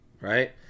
Right